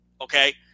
Okay